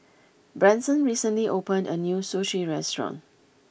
Branson recently opened a new Sushi restaurant